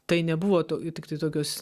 tai nebuvo tiktai tokios